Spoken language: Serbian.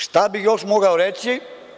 Šta bih još mogao reći?